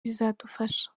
bizadufasha